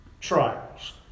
trials